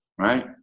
right